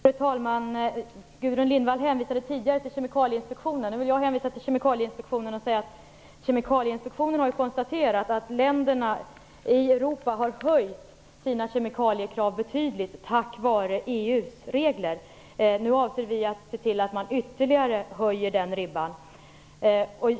Fru talman! Gudrun Lindvall hänvisade tidigare till Kemikalieinspektion. Nu vill också jag hänvisa till Kemikalieinspektionen. Man har där konstaterat att länderna i Europa har höjt sina kemikaliekrav betydligt tack vare EU:s regler. Nu avser vi att se till att den ribban höjs ytterligare.